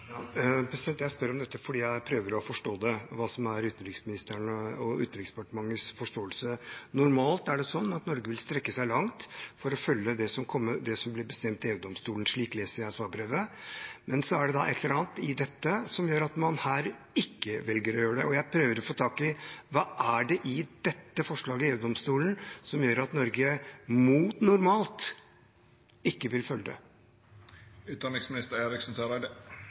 Jeg spør om dette fordi jeg prøver å forstå hva som er utenriksministerens og Utenriksdepartementets forståelse. Normalt er det sånn at Norge vil strekke seg langt for å følge det som blir bestemt i EU-domstolen – slik leser jeg svarbrevet. Men så er det da et eller annet i dette som gjør at man her ikke velger å gjøre det. Jeg prøver å få tak i hva det er i dette forslaget, i EU-domstolen, som gjør at Norge, mot normalt, ikke vil følge